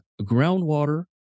groundwater